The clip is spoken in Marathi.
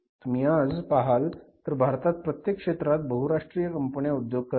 तुम्ही आज पाहाल तर भारतात प्रत्येक क्षेत्रात बहुराष्ट्रीय कंपन्या उद्योग करत आहेत